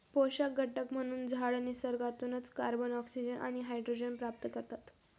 पोषक घटक म्हणून झाडं निसर्गातूनच कार्बन, ऑक्सिजन आणि हायड्रोजन प्राप्त करतात